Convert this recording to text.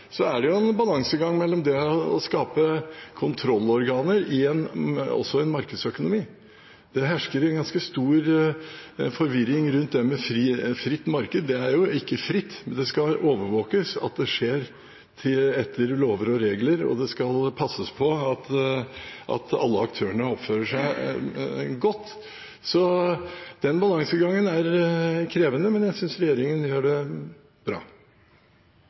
så vi får la Regelrådet i Norge få lov til å starte opp før vi begynner å diskutere hvordan de håndterer situasjonen. For øvrig er det jo også en balansegang når det gjelder det å skape kontrollorganer i en markedsøkonomi. Det hersker ganske stor forvirring rundt det med fritt marked. Det er jo ikke fritt. Det skal overvåkes at ting skjer etter lover og regler, og man skal passe på at alle aktørene oppfører seg godt. Så den balansegangen er